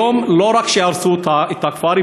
היום לא רק שהרסו את הכפר,